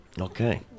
Okay